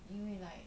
因为 like